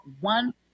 one